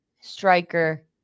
striker